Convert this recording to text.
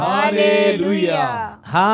Hallelujah